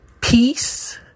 Peace